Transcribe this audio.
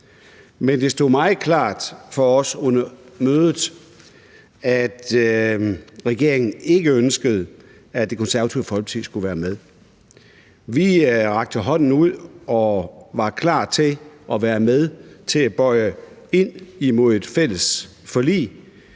men det stod meget klart for os under mødet, at regeringen ikke ønskede, at Det Konservative Folkeparti skulle være med. Vi rakte hånden ud og var klar til at være med til at bøje ind imod et fælles forlig,